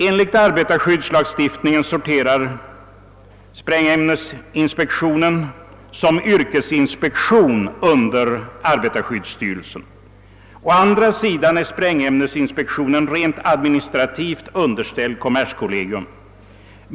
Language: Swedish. Enligt arbetarskyddslagstiftningen sorterar sprängämnesinspektionen som yrkesinspektion under arbetarskyddsstyrelsen. ÅA andra sidan är sprängämnesinspektionen rent administrativt underställd kommerskolleglum.